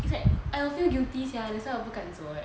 it's like I will feel guilty sia that's why like 我不敢走 leh